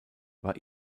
war